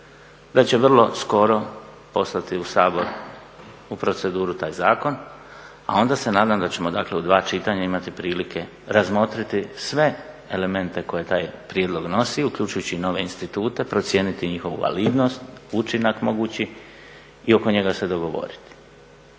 da će vrlo skoro poslati u Sabor u proceduru taj zakon, a onda se nadam da ćemo, dakle u dva čitanja imati prilike razmotriti sve elemente koje taj prijedlog nosi uključujući nove institute, procijeniti njihovu validnost, učinak mogući i oko njega se dogovoriti.